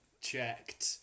Checked